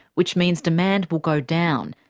which means demand will go down.